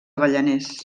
avellaners